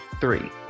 three